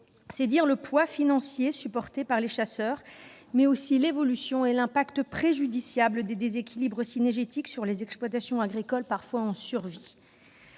C'est dire le poids financier supporté par les chasseurs, mais aussi l'évolution et l'impact négatif des déséquilibres cynégétiques sur des exploitations agricoles parfois en survie.